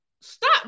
stop